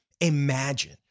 Imagine